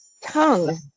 tongue